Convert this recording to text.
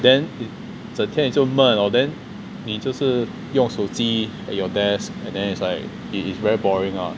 then in 整天你就闷 or then 你就是用手机 at your desk and then it's like it is very boring ah